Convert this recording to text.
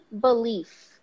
belief